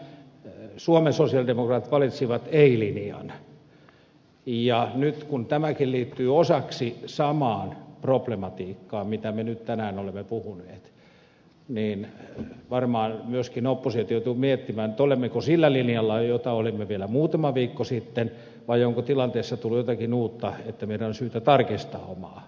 siinä suomen sosialidemokraatit valitsivat ei linjan ja nyt kun tämäkin mitä me nyt tänään olemme puhuneet liittyy osaksi samaan problematiikkaan niin varmaan myöskin oppositio joutuu miettimään olemmeko sillä linjalla jolla olimme vielä muutama viikko sitten vai onko tilanteessa tullut jotakin uutta ja meidän on syytä tarkistaa omaa näkökulmaamme